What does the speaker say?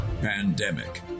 Pandemic